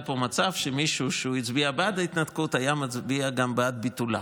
היה פה מצב שמישהו שהצביע בעד ההתנתקות היה מצביע גם בעד ביטולה.